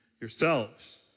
yourselves